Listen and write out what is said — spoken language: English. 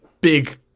big